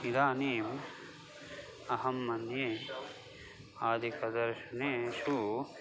इदानीम् अहं मन्ये आस्तिकदर्शनेषु